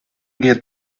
get